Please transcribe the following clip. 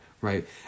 right